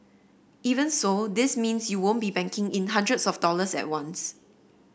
even so this means you won't be banking in hundreds of dollars at once